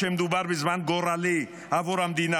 שמדובר בזמן גורלי עבור המדינה,